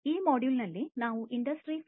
ಈ ಮಾಡ್ಯೂಲ್ ನಲ್ಲಿ ನಾವು ಇಂಡಸ್ಟ್ರಿ 4